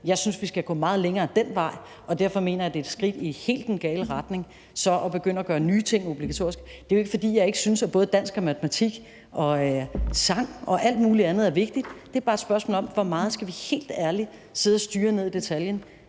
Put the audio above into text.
Jeg synes, vi skal gå meget længere ad den vej, og derfor mener jeg det er et skridt i den helt gale retning at begynde at gøre nye ting obligatoriske. Det er jo ikke, fordi jeg ikke synes, at både dansk og matematik og sang og alt mulig andet er vigtigt. Det er bare et spørgsmål om, hvor meget vi helt ærligt skal sidde og styre ned i detaljen